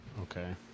okay